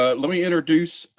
ah let me introduce